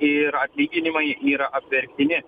ir atlyginimai yra apverktini